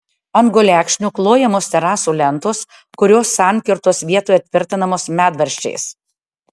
ant gulekšnių klojamos terasų lentos kurios sankirtos vietoje tvirtinamos medvaržčiais